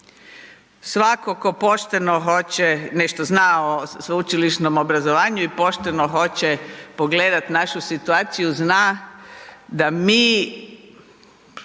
Svako ko pošteno hoće, nešto zna o sveučilišnom obrazovanju i pošteno hoće pogledat našu situaciju, zna da mi,